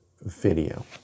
video